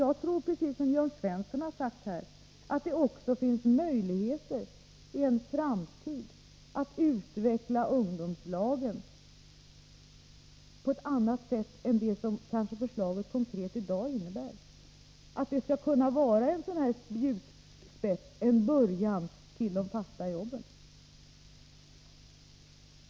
Jag tror, precis som Jörn Svensson, att det också finns möjligheter att i en framtid utveckla förslaget om ungdomslagen till något annat än det konkret innebär i dag. Ungdomslagen kan kanske utgöra en spjutspets i vår strävan att skapa fasta jobb.